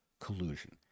collusion